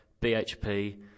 BHP